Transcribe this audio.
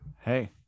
hey